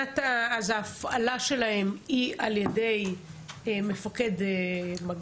ההפעלה שלהם היא על ידי מפקד חבל של